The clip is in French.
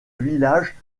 village